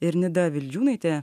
ir nida vildžiūnaitė